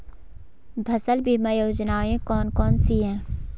फसल बीमा योजनाएँ कौन कौनसी हैं?